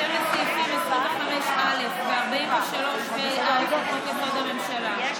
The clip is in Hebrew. לסעיפים 25(א) ו-43ה(א) לחוק-יסוד: הממשלה,